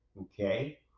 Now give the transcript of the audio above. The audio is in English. Okay